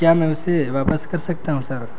کیا میں اسے واپس کر سکتا ہوں سر